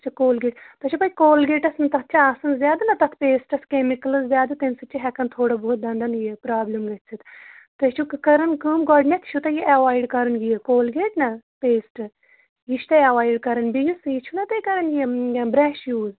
اَچھا کولگیٹ تۄہہِ چھا پےَ کولگیٹَس تَتھ چھا آسان زیادٕ نا تَتھ پیسٹَس کیٚمِکلٕز زیادٕ تَمہِ سۭتۍ چھِ ہٮ۪کان تھوڑا بہت دَنٛدَن یہِ پرٛابلِم گٔژھِتھ تُہۍ چھُو کَران کٲم گۄڈٕنٮ۪تھ چھُو تۄہہِ یہِ ایوایِڈ کَرُن یہِ کولگیٹ نا پیسٹ یہِ چھُ تۄہہِ ایٚوایِڈ کَرُن بیٚیہِ یُس یہِ چھُنا تۄہہِ کَران یہِ برٛیش یوٗز